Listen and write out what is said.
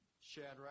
Shadrach